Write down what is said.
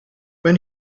when